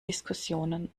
diskussionen